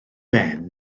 ben